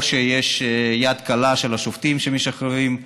או שיש יד קלה של השופטים שמשחררים,